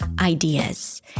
ideas